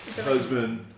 husband